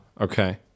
Okay